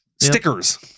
stickers